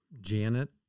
Janet